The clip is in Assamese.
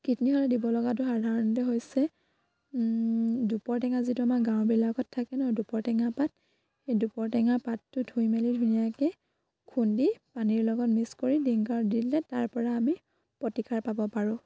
কিডনী হ'লে দিব লগাটো সাধাৰণতে হৈছে দুপৰ টেঙা যিটো আমাৰ গাঁৱবিলাকত থাকে ন দুপৰ টেঙা পাত সেই দুপৰ টেঙা পাতটো ধুই মেলি ধুনীয়াকে খুন্দি পানীৰ লগত মিক্স কৰি ডিংকাৰত দি দিলে তাৰ পৰা আমি প্ৰতিকাৰ পাব পাৰোঁ